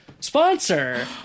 Sponsor